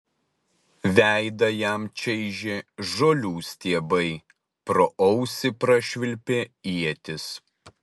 veidą jam čaižė žolių stiebai pro ausį prašvilpė ietis